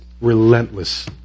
relentless